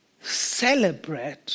celebrate